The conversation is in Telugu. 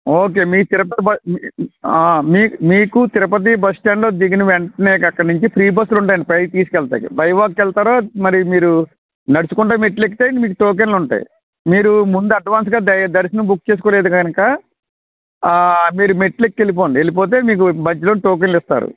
ఓకే మీ తిరుపతి బ మీ మీకు మీకు తిరుపతి బస్స్టాండ్లో దిగిన వెంటనే ఇంకా అక్కడ నుంచి ఫ్రీ బస్సులు ఉంటాయి అండి పైకి తీసుకెళ్ళాడానికి బై వాక్ వెళతార మరి మీరు నడుచుకుంటూ మెట్లు ఎక్కితే మీకు టోకెన్లు ఉంటాయి మీరు ముందు అడ్వాన్స్గా ద దర్శనం బుక్ చేసుకోలేదు కనుక మీరు మెట్లెక్కి వెళ్ళిపొండి వెళ్ళిపోతే మీకు మధ్యలోనే టోకెన్లు ఇస్తారు